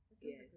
Yes